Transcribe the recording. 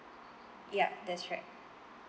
yup that's right